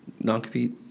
non-compete